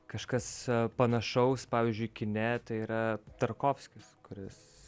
kažkas panašaus pavyzdžiui kine tai yra tarkovskis kuris